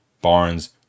Barnes